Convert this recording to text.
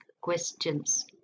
questions